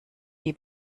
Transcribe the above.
die